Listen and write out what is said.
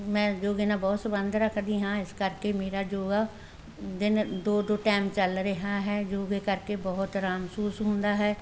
ਮੈਂ ਯੋਗੇ ਨਾਲ ਬਹੁਤ ਸੰਬੰਧ ਰੱਖਦੀ ਹਾਂ ਇਸ ਕਰਕੇ ਮੇਰਾ ਯੋਗਾ ਦਿਨ ਦੋ ਦੋ ਟਾਈਮ ਚੱਲ ਰਿਹਾ ਹੈ ਯੋਗੇ ਕਰਕੇ ਬਹੁਤ ਆਰਾਮ ਮਹਿਸੂਸ ਹੁੰਦਾ ਹੈ